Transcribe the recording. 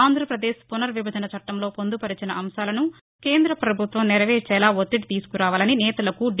ఆంధ్రప్రదేశ్ పునర్ విభజన చట్టంలో పొందుపరచిన అంశాలను కేంద్ర ప్రభుత్వం నెరవేర్చేలా ఒత్తిడి తీసుకురావాలని నేతలకు డి